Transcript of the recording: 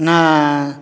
ନା